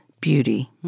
beauty